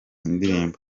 ndirimbo